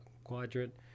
quadrant